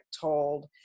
told